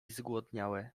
zgłodniałe